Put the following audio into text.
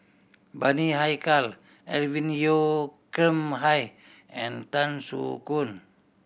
Bani Haykal Alvin Yeo Khirn Hai and Tan Soo Khoon